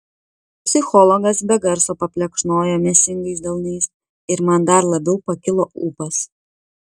psichologas be garso paplekšnojo mėsingais delnais ir man dar labiau pakilo ūpas